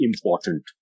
important